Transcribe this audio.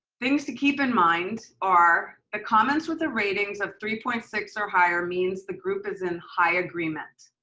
things to keep in mind are the comments with a ratings of three point six or higher means the group is in high agreement.